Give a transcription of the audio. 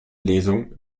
lesung